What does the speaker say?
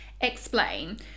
explain